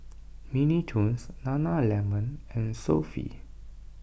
Mini Toons Nana Lemon and Sofy